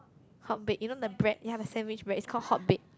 Hotbake you know the bread you have the sandwich bread it's called Hotbake